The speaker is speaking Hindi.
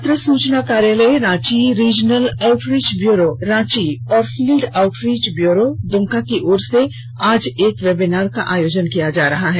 पत्र सूचना कार्यालय Ranchi regional outreach bureau Ranchi और फिल्ड आउटरिच ब्यूरो दुमका की ओर से आज एक वेबिनार का आयोजन किया जा रहा है